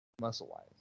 muscle-wise